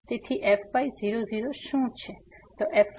તેથી fy0 0શું છે